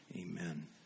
Amen